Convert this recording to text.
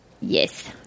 Yes